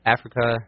Africa